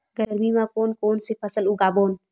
गरमी मा कोन कौन से फसल उगाबोन?